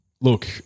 Look